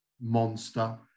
monster